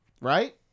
Right